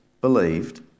believed